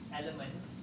elements